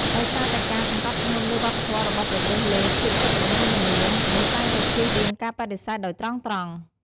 ដោយសារតែការសង្កត់ធ្ងន់លើវប្បធម៌របស់ប្រទេសលើភាពសុខដុមរមនា មនុស្សតែងតែជៀសវាងការបដិសេធដោយត្រង់ៗ។